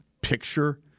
picture